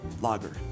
lager